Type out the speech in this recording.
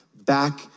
back